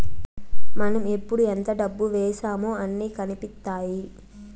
మనం ఎప్పుడు ఎంత డబ్బు వేశామో అన్ని కనిపిత్తాయి